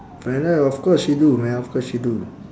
friend uh of course she do man of course she do